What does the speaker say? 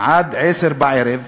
עד השעה 22:00,